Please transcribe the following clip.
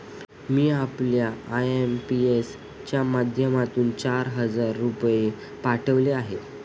मी आपल्याला आय.एम.पी.एस च्या माध्यमातून चार हजार रुपये पाठवले आहेत